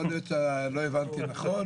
שלא הבנתי נכון.